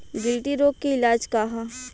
गिल्टी रोग के इलाज का ह?